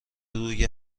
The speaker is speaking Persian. روی